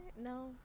No